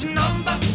number